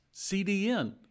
CDN